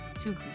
Two